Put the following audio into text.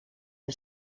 een